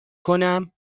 کنم